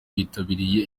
bitabiriye